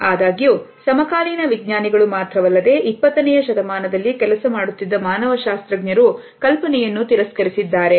ಆದಾಗ್ಯೂ ಸಮಕಾಲೀನ ವಿಜ್ಞಾನಿಗಳು ಮಾತ್ರವಲ್ಲದೆ 20ನೆಯ ಶತಮಾನದಲ್ಲಿ ಕೆಲಸ ಮಾಡುತ್ತಿದ್ದ ಮಾನವಶಾಸ್ತ್ರಜ್ಞರು ಕಲ್ಪನೆಯನ್ನು ತಿರಸ್ಕರಿಸಿದ್ದಾರೆ